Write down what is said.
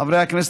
חברי הכנסת,